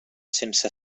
sense